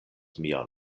mian